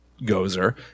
Gozer